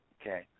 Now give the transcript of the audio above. Okay